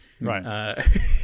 right